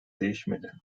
değişmedi